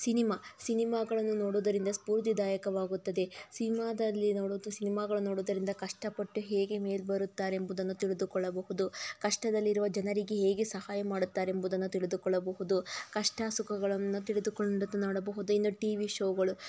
cinema ಸಿನಿಮಾಗಳನ್ನು ನೋಡೋದರಿಂದ ಸ್ಪೂರ್ತಿದಾಯಕವಾಗುತ್ತದೆ ಸಿನಿಮಾದಲ್ಲಿ ನೋಡೋದು ಸಿನಿಮಾಗಳನ್ನು ನೋಡೋದರಿಂದ ಕಷ್ಟಪಟ್ಟು ಹೇಗೆ ಮೇಲೆ ಬರುತ್ತಾರೆಂಬುದನ್ನು ತಿಳಿದುಕೊಳ್ಳಬಹುದು ಕಷ್ಟದಲ್ಲಿರುವ ಜನರಿಗೆ ಏಗೆ ಸಹಾಯ ಮಾಡುತ್ತಾರೆಂಬುದನ್ನು ತಿಳಿದುಕೊಳ್ಳಬಹುದು ಕಷ್ಟ ಸುಖಗಳನ್ನು ತಿಳಿದುಕೊಂಡು ನೋಡಬಹುದೆಂದು ಟಿವಿ ಶೋಗಳು